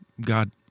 God